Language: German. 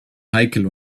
heikel